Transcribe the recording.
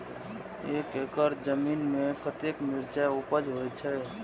एक एकड़ जमीन में कतेक मिरचाय उपज होई छै?